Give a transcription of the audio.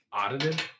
Audited